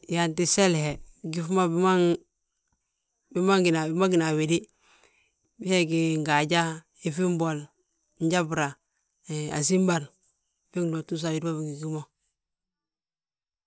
Yaanti seli he gyíŧi ma bigi ma bina a wéde, hee gí ngaaja, yíŧi mbol, njabra, he asínbar, bég bindúbatu a wédi ma bingi gí mo.